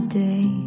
day